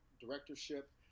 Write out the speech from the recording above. directorship